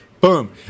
Boom